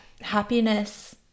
happiness